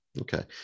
okay